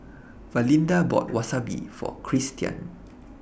Valinda bought Wasabi For Cristian